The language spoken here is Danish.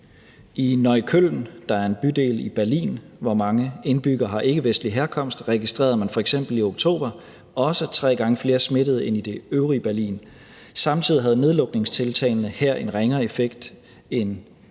I Neukölln, der er en bydel i Berlin, hvor mange indbyggere har ikkevestlig herkomst, registrerede man f.eks. i oktober også tre gange flere smittede end i det øvrige Berlin. Samtidig havde nedlukningstiltagene her en ringere effekt end i